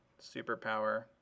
superpower